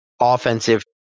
offensive